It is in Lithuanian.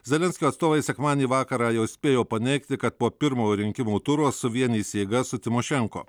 zelenskio atstovai sekmadienį vakarą jau spėjo paneigti kad po pirmojo rinkimų turo suvienys jėgas su tymošenko